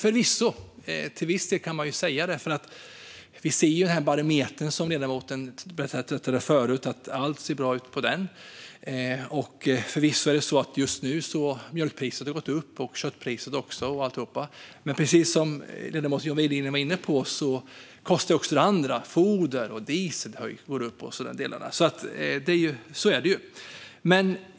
Förvisso kan man säga att det till viss del är bra, för som ledamoten berättade förut ser allt bra ut på barometern. Förvisso har mjölkpriset och köttpriset just nu gått upp. Men precis som ledamoten John Widegren var inne på går priset på foder och diesel upp. Så är det ju.